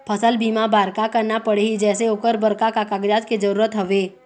फसल बीमा बार का करना पड़ही जैसे ओकर बर का का कागजात के जरूरत हवे?